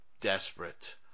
desperate